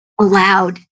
allowed